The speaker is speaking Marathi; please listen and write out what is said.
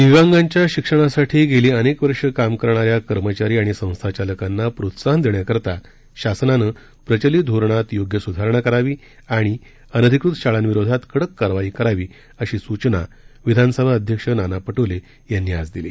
दिव्यनगांच्या शिक्षणासाठी गेली अनेक वर्ष काम करणाऱ्या कर्मचारी आणि संस्था चालकांना प्रोत्साहन देण्याकरता शासनानं प्रचलित धोरणात योग्य सुधारणा करावी आणि अनधिकृत शाळांविरोधात कडक कारवाई करावी अशी सूचना विधानसभा अध्यक्ष नाना पटोले यांनी आज दिल्या